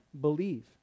believe